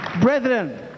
Brethren